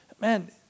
man